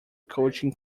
coaching